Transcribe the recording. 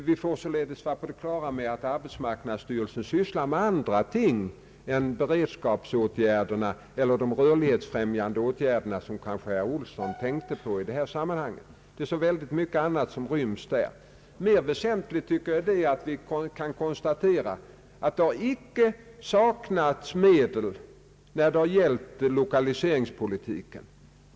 Vi får således vara på det klara med att arbetsmarknadsstyrelsen också sysslar med andra ting än beredskapsåtgärderna eller de rörlighetsfrämjande åtgärderna som herr Olsson kanske tänkte på i detta sammanhang. Det är så mycket annat som ryms där. Mera väsentligt tycker jag det är att vi kan konstatera att det inte har saknats medel när det gäller lokaliseringspolitiken.